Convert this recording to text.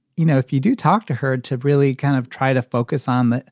you know, if you do talk to her to really kind of try to focus on it,